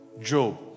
Job